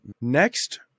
Next